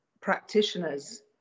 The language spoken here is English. practitioners